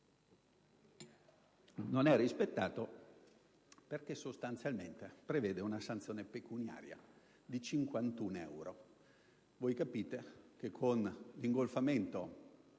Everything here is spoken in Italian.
Non è rispettato perché, sostanzialmente, prevede una sanzione pecuniaria di 51 euro.